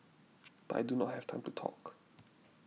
but I do not have time to talk